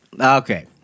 Okay